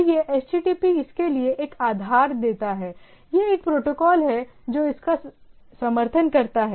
तो यह HTTP इसके लिए एक आधार देता है यह एक प्रोटोकॉल है जो इसका समर्थन करता है